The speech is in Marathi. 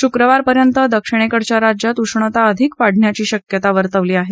शुक्रवार पर्यंत दक्षिणेकडील राज्यात उष्णता अधिक वाढण्याची शक्यता वर्तवली आहे